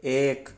एक